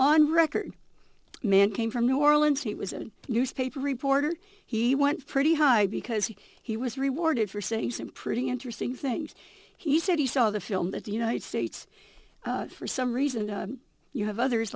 on record man came from new orleans he was a newspaper reporter he went pretty high because he was rewarded for saying some pretty interesting things he said he saw the film that the united states for some reason you have others